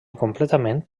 completament